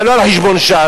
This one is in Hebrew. אבל לא על חשבון ש"ס,